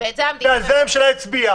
ועל זה הממשלה הצביעה.